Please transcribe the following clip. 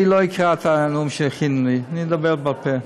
אני לא אקרא את הנאום שהכינו לי, אני אדבר בעל-פה.